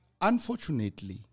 Unfortunately